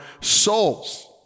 souls